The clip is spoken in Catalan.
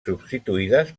substituïdes